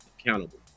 accountable